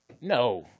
No